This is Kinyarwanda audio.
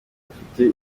afite